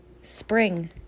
Spring